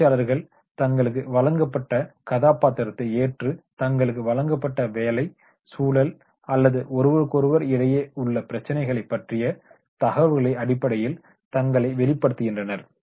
பயிற்சியாளர்கள் தங்களுக்கு வழங்கப்பட்ட கதாபாத்திரத்தை ஏற்று தங்களுக்கு வழங்கப்பட்ட வேலை சூழல் அல்லது ஒருவருக்குஒருவர் இடையே உள்ள பிரச்சனைகளை பற்றிய தகவல்கள் அடிப்படையில் தங்களை வெளிப்படுத்துகின்றனர்